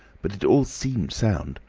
but it all seemed sound.